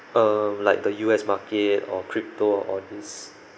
um like the U_S market or crypto all these